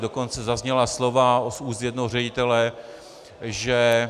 Dokonce zazněla slova z úst jednoho ředitele, že